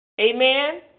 Amen